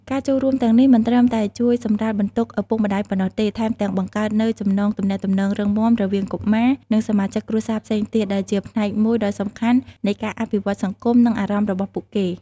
ការចូលរួមទាំងនេះមិនត្រឹមតែជួយសម្រាលបន្ទុកឪពុកម្ដាយប៉ុណ្ណោះទេ ថែមទាំងបង្កើតនូវចំណងទំនាក់ទំនងរឹងមាំរវាងកុមារ និងសមាជិកគ្រួសារផ្សេងទៀត ដែលជាផ្នែកមួយដ៏សំខាន់នៃការអភិវឌ្ឍន៍សង្គម និងអារម្មណ៍របស់ពួកគេ។